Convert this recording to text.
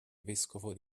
vescovo